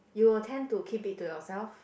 you will tend to keep it to yourself